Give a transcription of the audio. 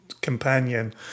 Companion